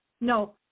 No